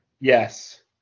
Yes